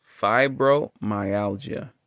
fibromyalgia